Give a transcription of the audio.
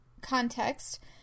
context